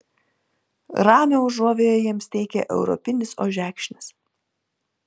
ramią užuovėją jiems teikia europinis ožekšnis